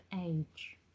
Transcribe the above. age